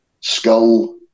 Skull